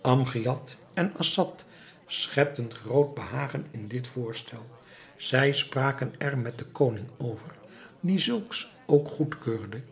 amgiad en assad schepten groot behagen in dit voorstel zij spraken er met den koning over die zulks ook goedkeurde